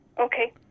okay